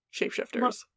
shapeshifters